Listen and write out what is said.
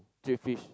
cheap fish